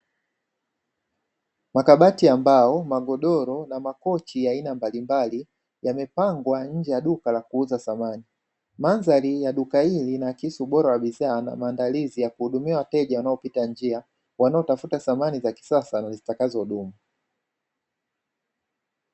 Makabati ya mbao, magodoro na makochi ya aina mbalimbali, yamepangwa nje ya duka la kuuza samani. Mandhari ya duka hili inaakisi ubora wa bidhaa, na maandalizi ya kuhudumia wateja wanaopita njia, wanaotafuta samani za kisasa na zitakazodumu.